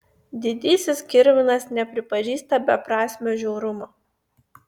didysis kirminas nepripažįsta beprasmio žiaurumo